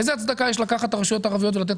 איזו הצדקה יש לקחת את הרשויות הערביות ולתת